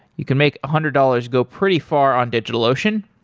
you can make a hundred dollars go pretty far on digitalocean.